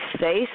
face